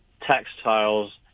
textiles